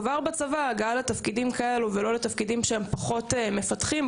כבר בצבא לתפקידים כאלו ולא לתפקידים שהם פחות מפתחים,